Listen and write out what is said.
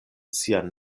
sian